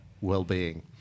well-being